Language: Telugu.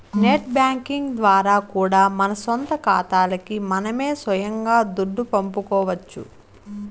నెట్ బ్యేంకింగ్ ద్వారా కూడా మన సొంత కాతాలకి మనమే సొయంగా దుడ్డు పంపుకోవచ్చు